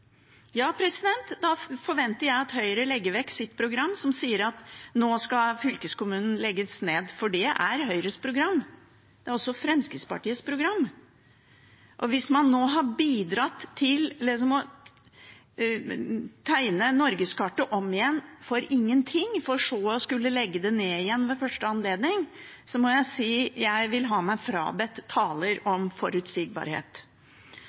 Ja, da forventer jeg at Høyre legger vekk sitt program, som sier at nå skal fylkeskommunen legges ned – for det er Høyres program. Det er også Fremskrittspartiets program. Hvis man har bidratt til å tegne norgeskartet om igjen for ingenting, for så å skulle legge det ned ved første anledning, må jeg si at jeg vil ha meg frabedt taler